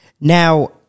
Now